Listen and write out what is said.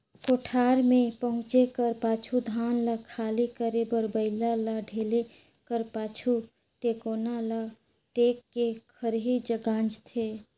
कोठार मे पहुचे कर पाछू धान ल खाली करे बर बइला ल ढिले कर पाछु, टेकोना ल टेक के खरही गाजथे